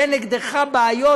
יהיו נגדך בעיות,